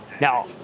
Now